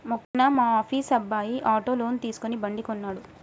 మొన్న మా ఆఫీస్ అబ్బాయి ఆటో లోన్ తీసుకుని బండి కొన్నడు